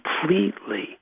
completely